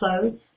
clothes